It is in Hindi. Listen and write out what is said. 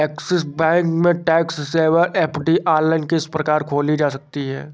ऐक्सिस बैंक में टैक्स सेवर एफ.डी ऑनलाइन किस प्रकार खोली जा सकती है?